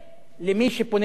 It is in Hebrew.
למי שפונה לבית-המשפט.